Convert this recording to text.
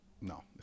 No